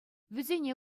вӗсене